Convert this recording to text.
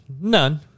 none